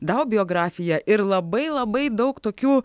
dau biografija ir labai labai daug tokių